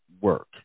work